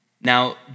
Now